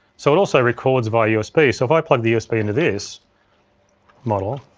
so it also records via usb. so if i plug the usb into this model,